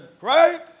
right